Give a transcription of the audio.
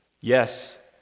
Yes